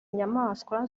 inyamaswa